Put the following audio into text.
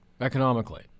economically